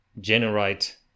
generate